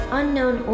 unknown